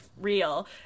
real